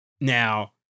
Now